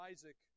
Isaac